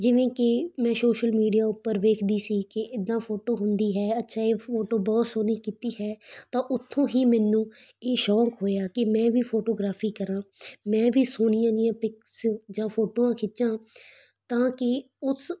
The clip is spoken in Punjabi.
ਜਿਵੇਂ ਕਿ ਮੈਂ ਸ਼ੋਸ਼ਲ ਮੀਡੀਆ ਉੱਪਰ ਵੇਖਦੀ ਸੀ ਕਿ ਇੱਦਾਂ ਫੋਟੋ ਹੁੰਦੀ ਹੈ ਅੱਛਾ ਇਹ ਫੋਟੋ ਬਹੁਤ ਸੋਹਣੀ ਕੀਤੀ ਹੈ ਤਾਂ ਉੱਥੋਂ ਹੀ ਮੈਨੂੰ ਇਹ ਸ਼ੌਂਕ ਹੋਇਆ ਕਿ ਮੈਂ ਵੀ ਫੋਟੋਗ੍ਰਾਫੀ ਕਰਾਂ ਮੈਂ ਵੀ ਸੋਹਣੀਆਂ ਜਿਹੀਆਂ ਪਿਕਸ ਜਾਂ ਫੋਟੋਆਂ ਖਿੱਚਾਂ ਤਾਂ ਕਿ ਉਸ